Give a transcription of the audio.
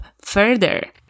further